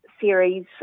series